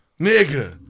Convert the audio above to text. Nigga